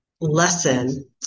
lesson